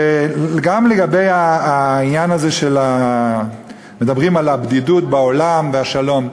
גם לגבי העניין הזה שמדברים על הבדידות בעולם ועל השלום.